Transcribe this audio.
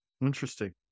Interesting